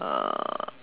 uh